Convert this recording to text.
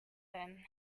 then